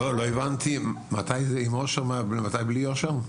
לא, לא הבנתי, מתי עם אושר ומתי בלי אושר?